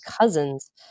cousins